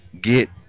get